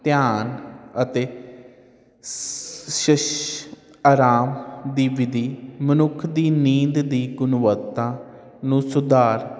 ਧਿਆਨ ਅਤੇ ਸ਼ੀਸ਼ ਆਰਾਮ ਦੀ ਵਿਧੀ ਮਨੁੱਖ ਦੀ ਨੀਂਦ ਦੀ ਗੁਣਵੱਤਾ ਨੂੰ ਸੁਧਾਰ